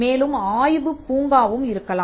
மேலும் ஆய்வுப் பூங்காவும் இருக்கலாம்